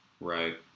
right